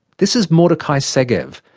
this is mordechai segev,